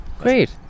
great